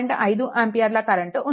5 అంపియర్ల కరెంట్ ఉంది